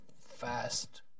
fast